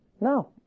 No